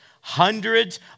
Hundreds